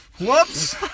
Whoops